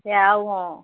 বেয়াও অঁ